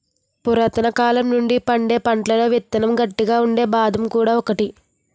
పురాతనకాలం నుండి పండే పళ్లలో విత్తనం గట్టిగా ఉండే బాదం కూడా ఒకటి